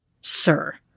Sir